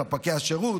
ספקי השירות,